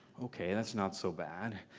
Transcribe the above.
ok, that's not so bad.